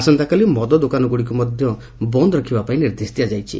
ଆସନ୍ତାକାଲି ମଦ ଦୋକାନଗୁଡ଼ିକୁ ବନ୍ଦ ରଖିବା ପାଇଁ ନିର୍ଦ୍ଦେଶ ଦିଆଯାଇଛି